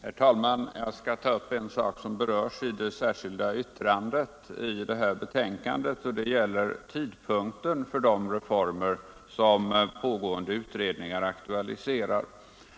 Herr talman! Jag skall ta upp en fråga som berörs i ett av de särskilda yttranden som fogats till konstitutionsutskottets betänkande, nämligen tidpunkten för de reformer som pågående utredning aktualiserar.